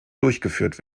durchgeführt